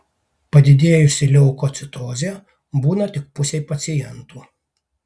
padidėjusi leukocitozė būna tik pusei pacientų